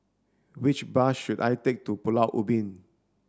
which bus should I take to Pulau Ubin